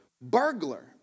burglar